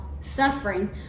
suffering